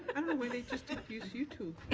and we may just use youtube.